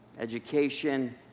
Education